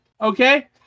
Okay